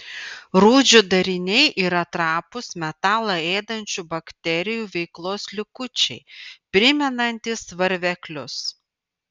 rūdžių dariniai yra trapūs metalą ėdančių bakterijų veiklos likučiai primenantys varveklius